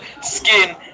skin